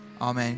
Amen